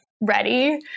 ready